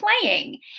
playing